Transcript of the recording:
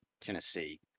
Tennessee